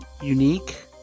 Unique